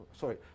sorry